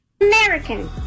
American